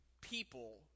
people